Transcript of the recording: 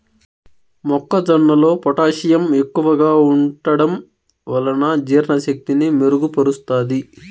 మొక్క జొన్నలో పొటాషియం ఎక్కువగా ఉంటడం వలన జీర్ణ శక్తిని మెరుగు పరుస్తాది